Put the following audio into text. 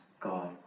God